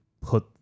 put